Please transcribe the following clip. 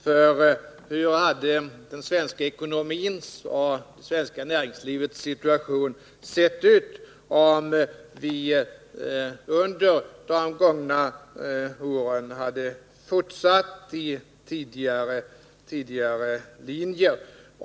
För hur hade den svenska ekonomins och det svenska näringslivets situation varit om vi under de gångna åren hade fortsatt efter tidigare linjer?